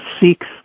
seeks